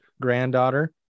granddaughter